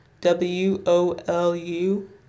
W-O-L-U